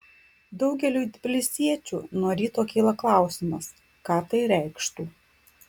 daugeliui tbilisiečių nuo ryto kyla klausimas ką tai reikštų